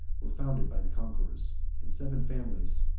were founded by the conquerors, and seven families,